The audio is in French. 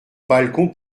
balcon